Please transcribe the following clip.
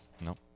No